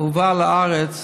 הובאה לארץ,